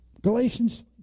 Galatians